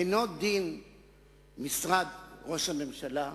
אין דין משרד ראש הממשלה,